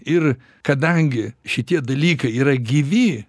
ir kadangi šitie dalykai yra gyvi